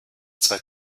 zwei